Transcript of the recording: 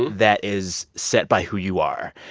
that is set by who you are.